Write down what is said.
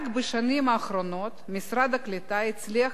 רק בשנים האחרונות משרד הקליטה הצליח